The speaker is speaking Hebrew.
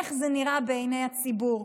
ואיך זה נראה בעיני הציבור,